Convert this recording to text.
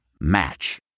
Match